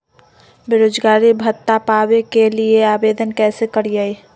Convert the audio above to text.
बेरोजगारी भत्ता पावे के लिए आवेदन कैसे करियय?